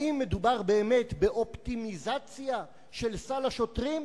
האם באמת מדובר באופטימיזציה של סל השוטרים,